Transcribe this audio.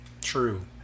true